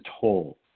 toll